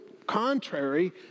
Contrary